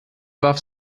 warf